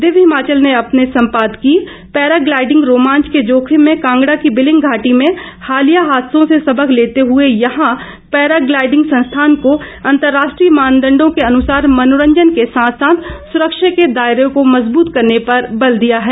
दिव्य हिमाचल ने अपने संपादकीय पैराग्लाइडिंग रोमांच के जोखिम में कांगड़ा की बिलिंग घाटी में हालिया हादसों से सबक लेते हुए यहां पैराग्लाइडिंग संस्थान को अंतरराष्ट्रीय मानदंडो के अनुसार मनोरंजन के साथ साथ सुरक्षा के दायरे को मजबूत करने पर बल दिया है